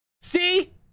See